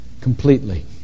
completely